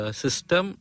system